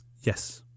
Yes